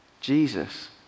Jesus